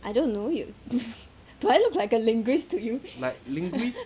I don't know you do I looked like a linguist to him